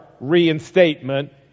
reinstatement